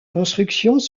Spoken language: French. constructions